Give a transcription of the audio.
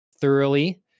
thoroughly